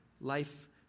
life